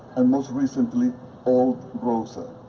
and most recently old rosa.